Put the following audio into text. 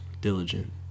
diligent